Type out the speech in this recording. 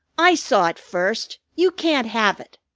i saw it first. you can't have it.